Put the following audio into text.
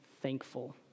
thankful